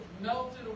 melted